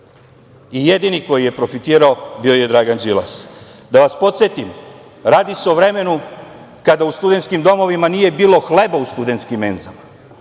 Jedini koji je profitirao bio je Dragan Đilas. Da vas podsetim, radi se o vremenu kada u studentskim domovima nije bilo hleba u studentskim menzama,